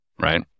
right